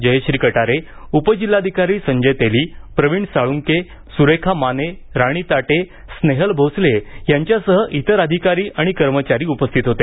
जयश्री कटारे उपजिल्हाधिकारी संजय तेली प्रवीण साळुंके सुरेखा माने राणी ताटे स्रेहल भोसले यांच्यासह इतर अधिकारी आणि कर्मचारी उपस्थित होते